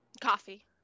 coffee